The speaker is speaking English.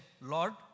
Lord